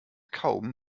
kaum